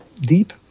deep